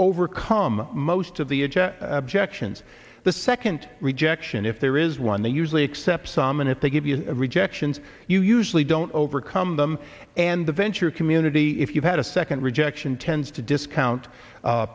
overcome most of the objections the second rejection if there is one they usually accept some and if they give you rejections you usually don't overcome them and the venture community if you had a second rejection tends to discount